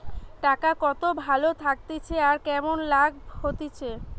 টাকা কত ভালো থাকতিছে আর কেমন লাভ হতিছে